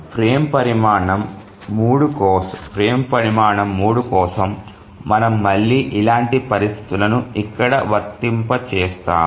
frame పరిమాణం 3 కోసం మనము మళ్ళీ ఇలాంటి పరిస్థితులను ఇక్కడ వర్తింపజేస్తాము